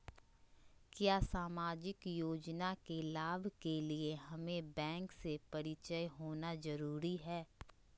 क्या सामाजिक योजना के लाभ के लिए हमें बैंक से परिचय होना जरूरी है?